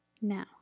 Now